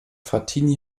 frattini